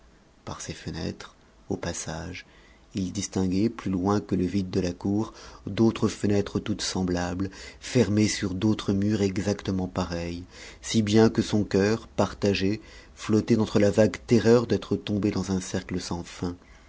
par ces fenêtres au passage il distinguait plus loin que le vide de la cour d'autres fenêtres toutes semblables fermées sur d'autres murs exactement pareils si bien que son cœur partagé flottait entre la vague terreur d'être tombé dans un cercle sans fin